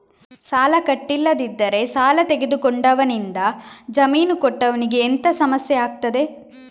ಸಾಲ ಕಟ್ಟಿಲ್ಲದಿದ್ದರೆ ಸಾಲ ತೆಗೆದುಕೊಂಡವನಿಂದ ಜಾಮೀನು ಕೊಟ್ಟವನಿಗೆ ಎಂತ ಸಮಸ್ಯೆ ಆಗ್ತದೆ?